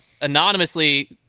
anonymously